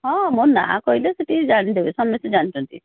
ହଁ ମୋ ନାଁ କହିଲେ ସେଠି ଜାଣିଦେବେ ସମସ୍ତେ ଜାଣିଛନ୍ତି